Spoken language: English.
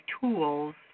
tools